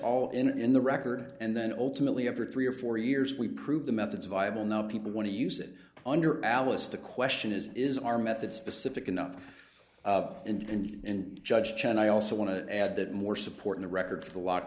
all in in the record and then ultimately after three or four years we prove the methods viable now people want to use it under alice the question is is our method specific enough and and judge chen i also want to add that more support in the record for the lock